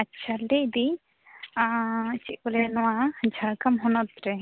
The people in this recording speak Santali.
ᱟᱪᱪᱷᱟ ᱞᱟᱹᱭᱫᱟᱹᱧ ᱪᱮᱫ ᱠᱚ ᱞᱟᱹᱭᱟ ᱱᱚᱣᱟ ᱡᱷᱟᱲᱠᱷᱚᱸᱰ ᱦᱚᱱᱚᱛ ᱨᱮ